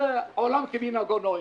עולם כמנהגו נוהג.